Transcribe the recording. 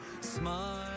smile